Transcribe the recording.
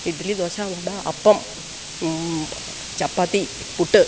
idli dosa vada appam chapati puttu